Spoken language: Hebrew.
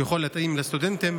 שיכול להתאים לסטודנטים,